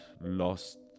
lost